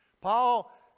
Paul